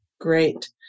Great